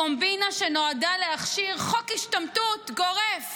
קומבינה שנועדה להכשיר חוק השתמטות גורף